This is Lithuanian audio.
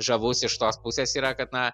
žavus iš tos pusės yra kad na